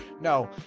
No